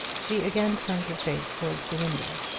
she again turned her face towards the window.